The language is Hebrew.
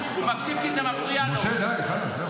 אולי תרוויחו איזה דיל פוליטי קטן, איזה קומבינה.